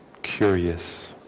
curious